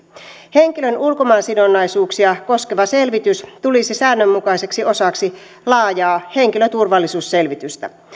henkilön ulkomaansidonnaisuuksia koskeva selvitys tulisi säännönmukaiseksi osaksi laajaa henkilöturvallisuusselvitystä